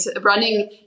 running